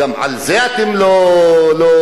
גם על זה אתם לא עונים.